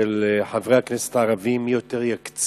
של חברי הכנסת הערבים מי יותר יקצין,